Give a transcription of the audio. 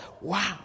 Wow